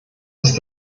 ist